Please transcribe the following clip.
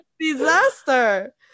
disaster